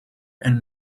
and